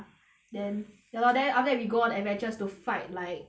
then ya lor then after that we go on adventures to fight like